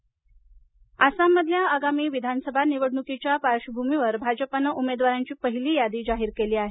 आसाम निवडणक आसाममधल्या आगामी विधानसभा निवडणुकीच्या पार्श्वभूमीवर भाजपनं उमेदवारांची पहिली यादी जाहीर केली आहे